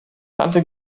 tante